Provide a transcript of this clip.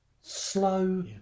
slow